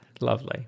lovely